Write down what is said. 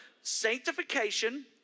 sanctification